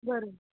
બરાબર